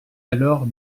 alors